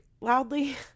loudly